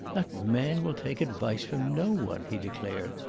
that man will take advice from no one, he declared.